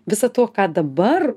viso to ką dabar